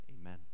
Amen